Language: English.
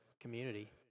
community